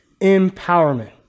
empowerment